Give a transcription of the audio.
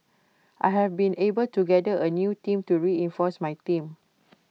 I have been able to gather A new team to reinforce my team